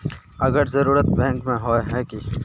अगर जरूरत बैंक में होय है की?